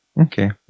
Okay